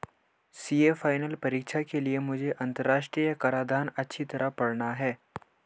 CA final परीक्षा के लिए मुझे अंतरराष्ट्रीय कराधान अच्छी तरह पड़ना है